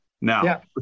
now